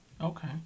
okay